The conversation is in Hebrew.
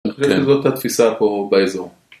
אני חושב שזאת התפיסה פה באזור